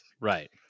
Right